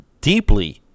deeply